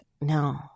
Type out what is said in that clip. No